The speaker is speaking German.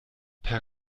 per